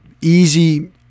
easy